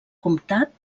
comtat